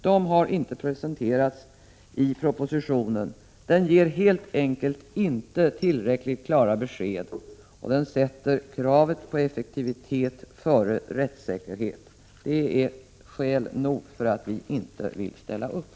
De har inte presenterats i propositionen. Den ger helt enkelt inte tillräckligt klara besked, och den sätter kravet på effektivitet före kravet på rättssäkerhet. Det är skäl nog för att vi inte vill ställa upp.